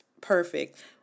perfect